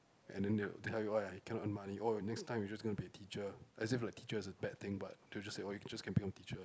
and then they will tell you why I cannot earn money oh next time you're just gonna be a teacher as if like teacher is a bad thing but they'll just say oh you can just can become a teacher